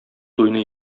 туйны